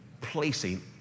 placing